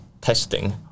testing